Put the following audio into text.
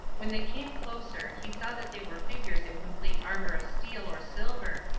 when they came closer he saw that they were figures in complete armour of steel or silver,